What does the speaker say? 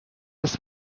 des